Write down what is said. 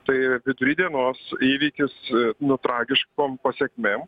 tai vidury dienos įvykis nut ragiškom pasekmėm